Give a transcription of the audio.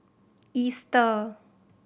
Easter